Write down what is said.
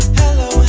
hello